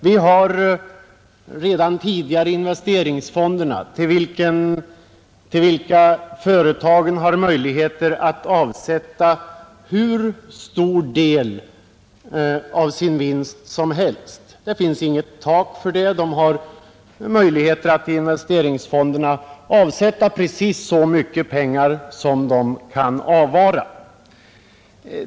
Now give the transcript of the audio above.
Vi har redan tidigare investeringsfonderna till vilka företagen kan avsätta del av sin vinst. Det vill säga företagen har möjligheter att till investeringsfonderna avsätta precis så mycket som de kan avvara.